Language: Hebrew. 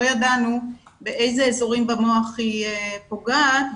ידענו באיזה אזורים במוח היא פוגעת,